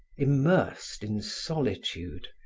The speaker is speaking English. immersed in solitude,